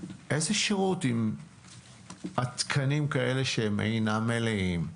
איזה שירות אם התקנים אינם מלאים?